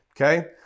okay